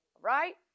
right